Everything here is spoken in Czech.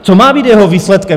Co má být jeho výsledkem?